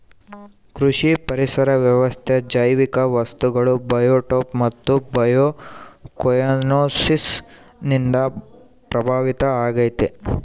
ಕೃಷಿ ಪರಿಸರ ವ್ಯವಸ್ಥೆ ಜೈವಿಕ ವಸ್ತುಗಳು ಬಯೋಟೋಪ್ ಮತ್ತು ಬಯೋಕೊಯನೋಸಿಸ್ ನಿಂದ ಪ್ರಭಾವಿತ ಆಗೈತೆ